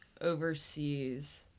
overseas